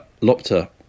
Lopter